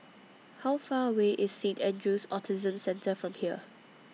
How Far away IS Saint Andrew's Autism Centre from here